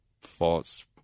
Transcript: false